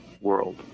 world